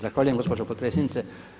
Zahvaljujem gospođo potpredsjednice.